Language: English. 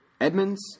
Edmonds